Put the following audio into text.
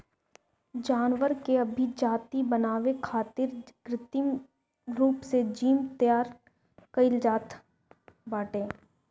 जानवर के अभिजाति बनावे खातिर कृत्रिम रूप से जीन तैयार कईल जात बाटे